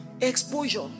exposure